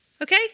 Okay